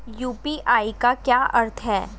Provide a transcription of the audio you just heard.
UPI का क्या अर्थ है?